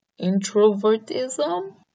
introvertism